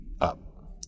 up